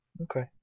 okay